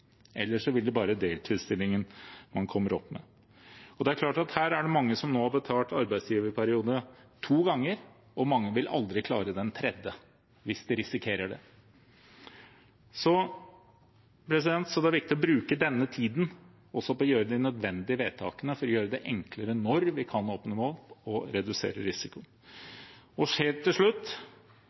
Her er det mange som nå har betalt for arbeidsgiverperiode to ganger, og mange vil aldri klare den tredje – hvis de risikerer det. Det er viktig å bruke denne tiden også til å gjøre de nødvendige vedtakene for å gjøre det enklere når vi kan åpne opp, og redusere risiko. Helt til slutt: